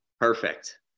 perfect